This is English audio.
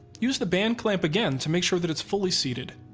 use the band clamp again to make sure that it's fully seated.